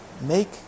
make